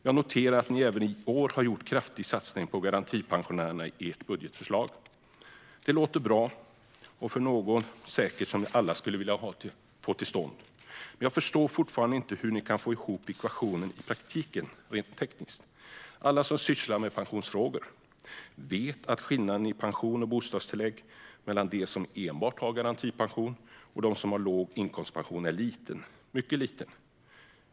Jag noterar att ni även i år har gjort en kraftig satsning på garantipensionärerna i ert budgetförslag. Det låter bra och är säkert något som alla skulle vilja få till stånd. Men jag förstår fortfarande inte hur ni kan få ihop ekvationen i praktiken, rent tekniskt. Alla som sysslar med pensionsfrågor vet att skillnaden i pension och bostadstillägg mellan dem som enbart har garantipension och dem som har låg inkomstpension är mycket liten.